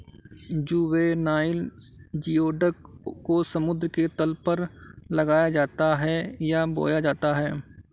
juvenile geoduck को समुद्र के तल पर लगाया है या बोया जाता है